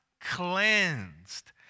cleansed